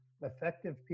effective